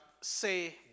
say